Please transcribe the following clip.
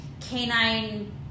canine